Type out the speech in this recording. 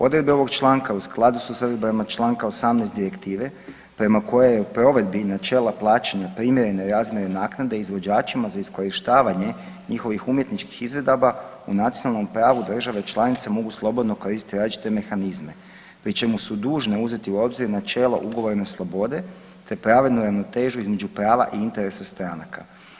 Odredbe ovog članka u skladu s odredbama čl. 18. direktive prema kojoj je u provedbi načela plaćanja primjerene razmjene naknade izvođačima za iskorištavanje njihovih umjetničkih izvedaba u nacionalnom pravu države članice mogu slobodno koristiti različite mehanizme pri čemu su dužne uzeti u obzir načela ugovorne slobode te pravednu ravnotežu između prava i interesa stranaka.